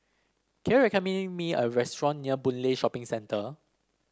can you recommend me a restaurant near Boon Lay Shopping Centre